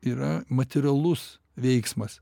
yra materialus veiksmas